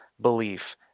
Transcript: belief